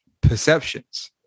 perceptions